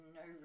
no